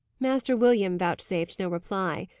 master william vouchsafed no reply.